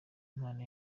impano